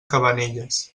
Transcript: cabanelles